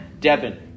Devin